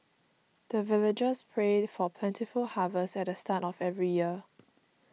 the villagers prayed for plentiful harvest at the start of every year